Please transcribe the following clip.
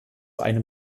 einem